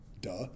duh